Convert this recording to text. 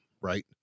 right